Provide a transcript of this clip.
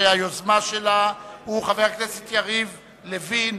שהיוזמה לה היא של חבר הכנסת יריב לוין.